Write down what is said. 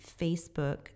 Facebook